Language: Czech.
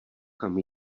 kam